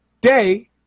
day